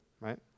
right